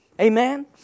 Amen